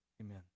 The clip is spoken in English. amen